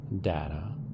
data